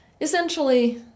Essentially